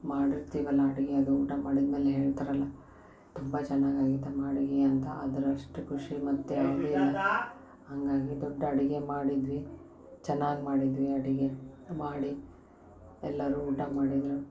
ಮಾಡಿರ್ತಿವಿ ಅಲ್ಲಾ ಅಡಿಗೆ ಅದು ಊಟ ಮಾಡಿದ್ಮೇಲೆ ಹೇಳ್ತರಲ್ಲ ತುಂಬ ಚೆನ್ನಾಗಿ ಆಗಿದಮ್ಮ ಅಡಿಗೆ ಅಂತ ಅದ್ರಷ್ಟು ಖುಷಿ ಮತ್ತೆ ಯಾವುದು ಇಲ್ಲ ಹಾಗಾಗಿ ದೊಡ್ಡ ಅಡುಗೆ ಮಾಡಿದ್ವಿ ಚೆನ್ನಾಗಿ ಮಾಡಿದ್ವಿ ಅಡಿಗೆ ಮಾಡಿ ಎಲ್ಲರು ಊಟ ಮಾಡಿದರು